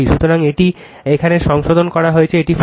সুতরাং এটি এখানে সংশোধন করা হয়েছে এটি 40